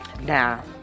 now